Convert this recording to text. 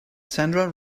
sandra